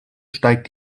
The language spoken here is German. steigt